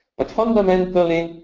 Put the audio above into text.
but fundamentally,